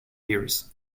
ears